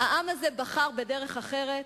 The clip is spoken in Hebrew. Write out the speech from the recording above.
העם הזה בחר בדרך אחרת,